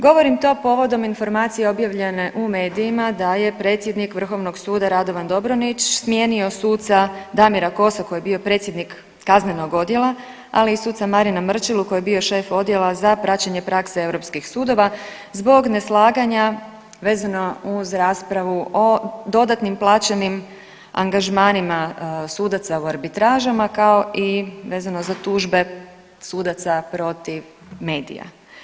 Govorim to povodom informacije objavljene u medijima da je predsjednik Vrhovnog suda Radovan Dobronić smijenio suca Damira Kosa koji je bio predsjednik Kaznenog odjela, ali i suca Marina Mrčelu koji je bio šef Odjela za praćenje prakse europskih sudova zbog neslaganja vezano uz raspravu o dodatnim plaćenim angažmanima sudaca u arbitražama, kao i vezano za tužbe sudaca protiv medija.